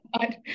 God